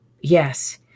Yes